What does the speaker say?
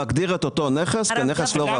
שמגדיר את אותו הנכס כנכס לא ראוי.